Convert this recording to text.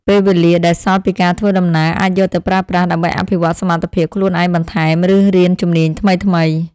ពេលវេលាដែលសល់ពីការធ្វើដំណើរ អាចយកទៅប្រើប្រាស់ដើម្បីអភិវឌ្ឍសមត្ថភាពខ្លួនឯងបន្ថែម ឬរៀនជំនាញថ្មីៗ។